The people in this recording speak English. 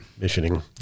missioning